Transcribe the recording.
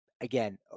again